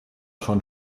schon